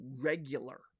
regular